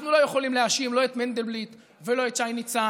אנחנו לא יכולים להאשים לא את מנדלבליט ולא את שי ניצן.